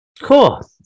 Cool